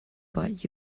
but